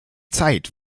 zeit